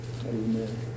Amen